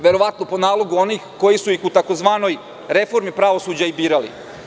Verovatno po nalogu onih koji su ih u tzv. reformi pravosuđa i birali.